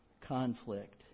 conflict